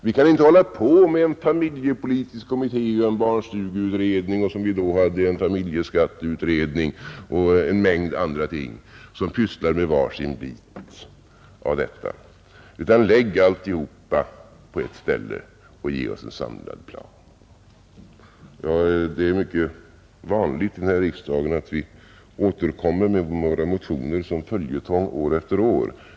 Vi kan inte hålla på med en familjepolitisk kommitté, en barnstugeutredning och, som för några år sedan, en familjeskatteutredning och en mängd andra ting, dvs. utredningar som pysslar med var sin bit av problemet. Lägg i stället alltihop på ett ställe och ge oss en samlad plan. Det är mycket vanligt här i riksdagen att vi återkommer med våra motioner som följetong år efter år.